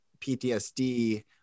PTSD